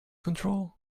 control